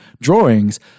drawings